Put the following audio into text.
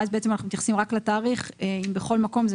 ואז אנחנו מתייחסים רק לתאריך ובכל מקום זה